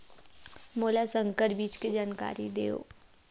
मोला संकर बीज के जानकारी देवो?